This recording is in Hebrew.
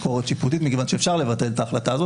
מכיוון שאפשר לבטל את ההחלטה הזאת,